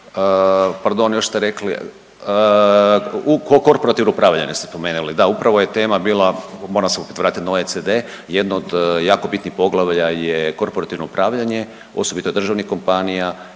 Pardon još ste rekli u korporativ upravljanja ste spomenuli, da upravo je tema bila, moram se opet vratit na OECD, jedno od jako bitnih poglavlja je korporativno upravljanje, osobito državnih kompanija